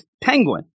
penguin